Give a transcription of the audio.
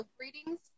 readings